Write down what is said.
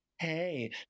Hey